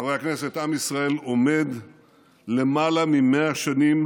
חברי הכנסת, עם ישראל עומד יותר מ-100 שנים